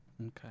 Okay